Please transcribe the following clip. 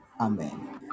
amen